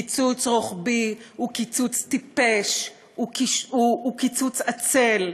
קיצוץ רוחבי הוא קיצוץ טיפש, הוא קיצוץ עצל,